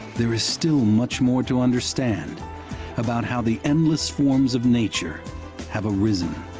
there is still much more to understand about how the endless forms of nature have arisen.